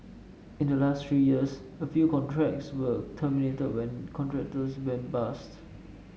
in the last three years a few contracts were terminated when contractors went bust